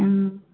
മ്മ്മ്